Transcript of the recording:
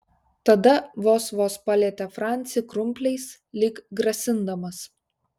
tada vos vos palietė francį krumpliais lyg grasindamas